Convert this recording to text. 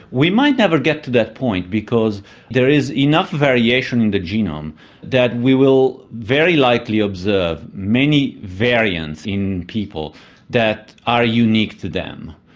we might never get to that point because there is enough variation in the genome that we will very likely observe many variants in people that are unique to them,